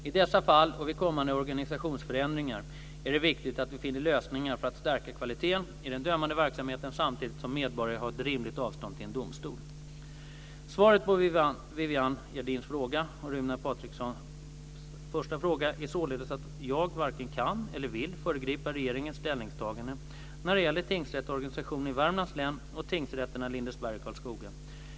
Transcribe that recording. I dessa fall och vid kommande organisationsförändringar är det viktigt att vi finner lösningar för att stärka kvaliteten i den dömande verksamheten samtidigt som medborgare har ett rimligt avstånd till en domstol. Svaret på Viviann Gerdins fråga och Runar Patrikssons första fråga är således att jag varken kan eller vill föregripa regeringens ställningstagande när det gäller tingsrättsorganisationen i Värmlands län och tingsrätterna i Lindesberg och Karlskoga.